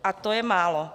A to je málo.